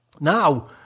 now